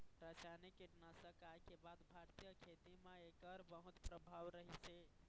रासायनिक कीटनाशक आए के बाद भारतीय खेती म एकर बहुत प्रभाव रहीसे